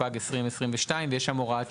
התשפ"ג 2022. ויש שם הוראת שעה.